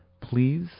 please